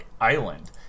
island